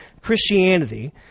Christianity